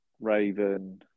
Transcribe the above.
Raven